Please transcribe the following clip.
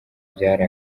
byari